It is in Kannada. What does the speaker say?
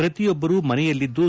ಪ್ರತಿಯೊಬ್ಬರು ಮನೆಯಲ್ಲಿದ್ದು